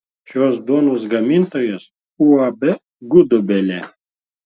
šios duonos gamintojas uab gudobelė